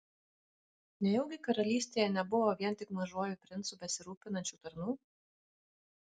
nejaugi karalystėje nebuvo vien tik mažuoju princu besirūpinančių tarnų